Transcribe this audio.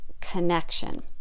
connection